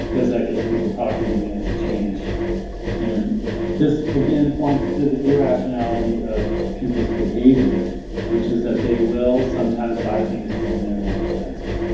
because that gets people talking again it's a change and this again points to irrationality of people's behavior which is that they will sometimes buy things when they're more expensive.